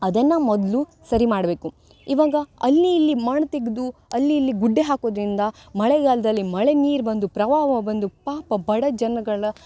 ಅದನ್ನು ಮೊದಲು ಸರಿ ಮಾಡಬೇಕು ಇವಾಗ ಅಲ್ಲಿ ಇಲ್ಲಿ ಮಣ್ಣು ತೆಗೆದು ಅಲ್ಲಿ ಇಲ್ಲಿ ಗುಡ್ಡೆ ಹಾಕೋದರಿಂದ ಮಳೆಗಾಲದಲ್ಲಿ ಮಳೆ ನೀರು ಬಂದು ಪ್ರವಾಹ ಬಂದು ಪಾಪ ಬಡ ಜನಗಳ